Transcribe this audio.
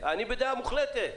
אני בדעה מוחלטת.